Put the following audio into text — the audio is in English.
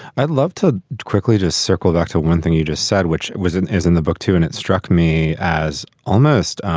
i'd love to quickly just circle back to one thing you just said, which was it is in the book too. and it struck me as almost